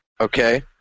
Okay